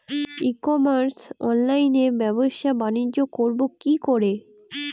ই commerce অনলাইনে ব্যবসা বানিজ্য করব কি করে?